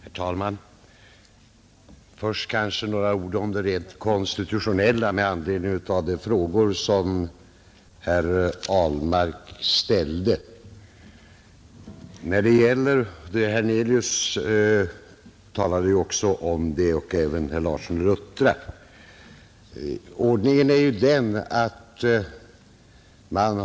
Herr talman! Först vill jag säga några ord om det rent konstitutionella med anledning av de frågor som herr Ahlmark ställde. Även herrar Hernelius och Larsson i Luttra talade om detta.